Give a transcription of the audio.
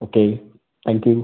okay thank you